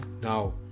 Now